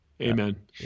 Amen